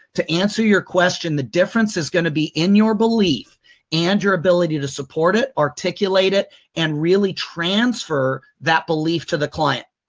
to answer your question, the difference is going to be in your belief and your ability to support it, articulate it and really transfer that belief to the client.